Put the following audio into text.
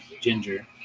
Ginger